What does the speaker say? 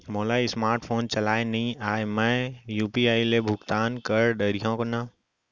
मोला smart phone चलाए नई आए मैं यू.पी.आई ले भुगतान कर डरिहंव न?